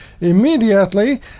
immediately